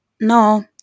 no